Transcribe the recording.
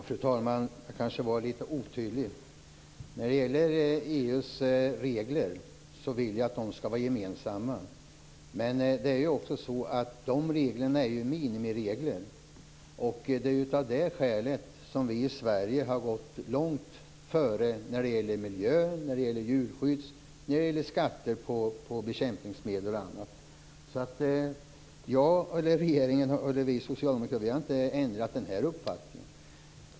Fru talman! Jag kanske var litet otydlig. Jag vill att EU:s regler skall vara gemensamma. Men de reglerna är minimiregler, och det är av det skälet som vi i Sverige har gått långt före när det gäller miljö, djurskydd och skatter på bekämpningsmedel och annat. Vi socialdemokrater har inte ändrat uppfattning.